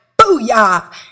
Booyah